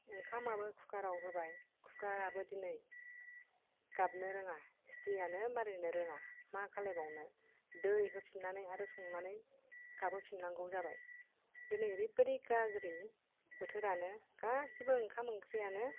ओंखामाबो कुकाराव होबाय कुकाराबो दिनै गाबनो रोङा सिटियानो मारिनो रोङा मा खालायबावनो दै होफिन्नानै आरो संनानै गाबहोफिन्नांगौ जाबाय दिनै ओरैबादि गाज्रि बोथोरानो गासिबो ओंखाम ओंख्रियानो